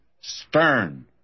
stern